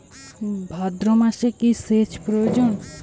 ভাদ্রমাসে কি সেচ প্রয়োজন?